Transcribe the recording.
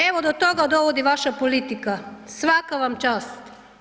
Evo do toga dovodi vaša politika, svaka vam čast.